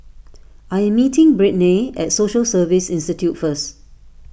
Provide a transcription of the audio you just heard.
I am meeting Brittnay at Social Service Institute first